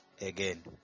again